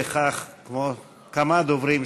כמו כמה דוברים,